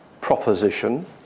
proposition